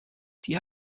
die